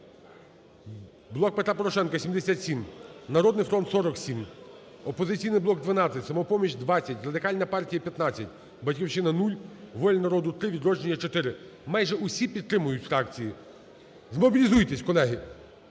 "Блок Петра Порошенка" – 77, "Народний фронт" – 47, "Опозиційний блок" – 12, "Самопоміч" – 20, Радикальна партія – 15, "Батьківщина" – 0, "Воля народу" – 3, "Відродження" – 4. Майже усі підтримують фракції. Змобілізуйтесь, колеги!